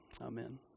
amen